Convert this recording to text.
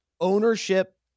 Ownership